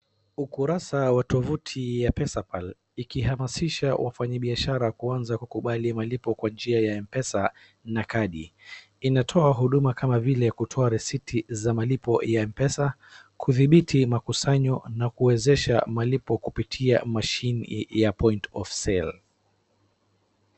Ukurasa wa tovuti ya Pesapal ikihamasisha wafanyi biashara kuanza kukubali malipo kwa njia ya mpesa na kadi. Inatoa huduma kama vile kutoa risiti za malipo ya Mpesa, kudhibiti makusanyo na kuwezesha malipo kupitia mashine ya point of sale .